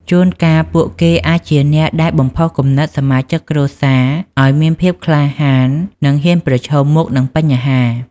ជួនកាលពួកគេអាចជាអ្នកដែលបំផុសគំនិតសមាជិកគ្រួសារឲ្យមានភាពក្លាហាន និងហ៊ានប្រឈមមុខនឹងបញ្ហា។